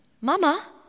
Mama